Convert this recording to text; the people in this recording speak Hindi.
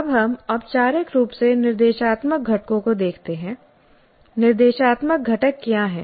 अब हम औपचारिक रूप से निर्देशात्मक घटकों को देखते हैं निर्देशात्मक घटक क्या हैं